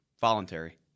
voluntary